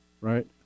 right